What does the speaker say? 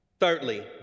Thirdly